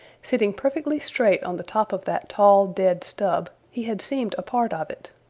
sitting perfectly straight on the top of that tall, dead stub he had seemed a part of it.